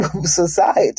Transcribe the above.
society